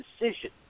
decision